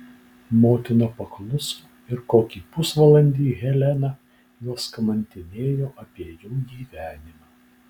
motina pakluso ir kokį pusvalandį helena juos kamantinėjo apie jų gyvenimą